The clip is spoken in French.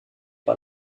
par